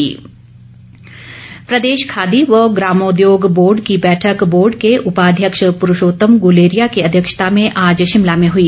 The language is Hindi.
खादी बोर्ड प्रदे ा खादी व ग्रामोद्योग बोर्ड की बैठक बोर्ड के उपाध्यक्ष पुरूशोतम गुलेरिया की अध्यक्षता में आज पिमला में हुई